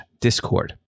Discord